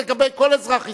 לגבי כל אזרח ישראלי,